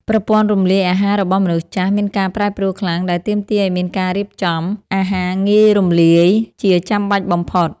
ប្រព័ន្ធរំលាយអាហាររបស់មនុស្សចាស់មានការប្រែប្រួលខ្លាំង ដែលទាមទារឱ្យមានការរៀបចំ អាហារងាយរំលាយ ជាចាំបាច់បំផុត។